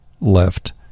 left